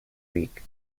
week